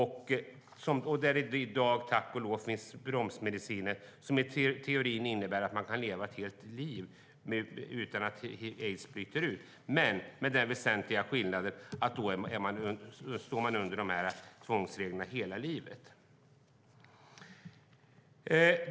I dag finns tack och lov bromsmediciner som i teorin innebär att man kan leva ett helt liv utan att aids bryter ut men med den väsentliga skillnaden att man står under dessa tvångsregler hela livet.